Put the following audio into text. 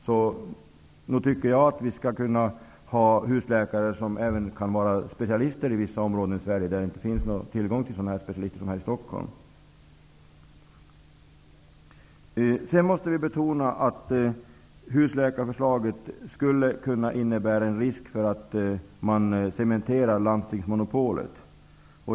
Jag tycker att vi skall kunna ha husläkare som även är specialister i vissa områden av Sverige där det inte finns samma tillgång på specialister som här i Stockholm. Sedan måste vi betona att husläkarförslaget kan innebära en risk för att man cementerar landstingsmonopolet.